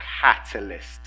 catalyst